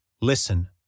Listen